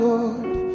Lord